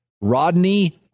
Rodney